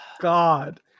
God